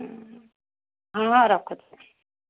ହଁ ହଁ ରଖୁଛି